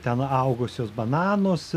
ten augusius bananus